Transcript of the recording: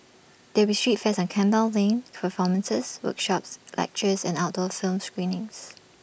there will be street fairs on Campbell lane performances workshops lectures and outdoor film screenings